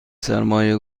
سرمایه